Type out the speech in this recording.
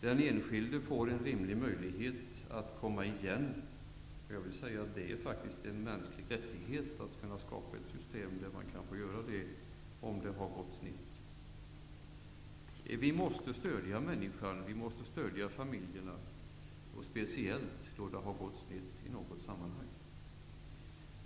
Den enskilde skulle få rimliga möjligheter att komma igen. Det är en mänsklig rättighet att få göra det, om det hela har gått snett. Vi måste stödja människorna, och vi måste stödja familjerna, speciellt om det har gått snett i något avseende.